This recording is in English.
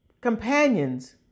companions